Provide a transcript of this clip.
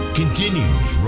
continues